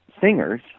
singers